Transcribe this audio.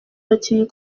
abakinnyi